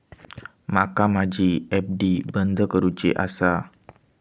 माका माझी एफ.डी बंद करुची आसा